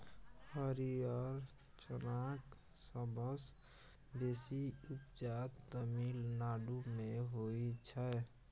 हरियर चनाक सबसँ बेसी उपजा तमिलनाडु मे होइ छै